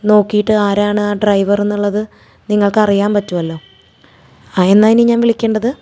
നോക്കീട്ട് ആരാണാ ഡ്രൈവർന്നുള്ളത് നിങ്ങൾക്കറിയാന് പറ്റുവല്ലോ ആ എന്നാൽ ഇനി ഞാന് വിളിക്കേണ്ടത്